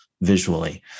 visually